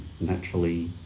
naturally